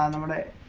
um nominate